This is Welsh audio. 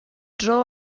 dro